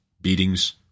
beatings